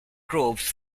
troupes